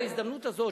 בהזדמנות הזאת,